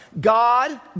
God